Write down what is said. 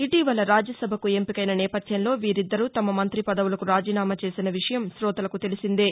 ఇటీవల రాజ్యసభకు ఎంపికైన నేపథ్యంలో వీరిద్దరు తమ మంతి పదవులకు రాజీనామా చేసిన విషయం తెలిసిందే